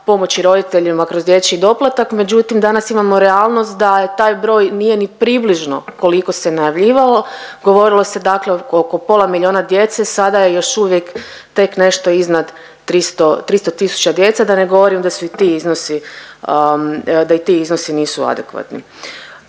pomoći roditeljima kroz dječji doplatak. Međutim, danas imamo realnost da taj broj nije ni približno koliko se najavljivalo. Govorilo se dakle oko pola milijona djece, sada je još uvijek teško nešto iznad 300 000 djece, da ne govorim da su i ti iznosi, da i ti iznosi nisu adekvatni.